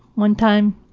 one time